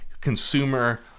consumer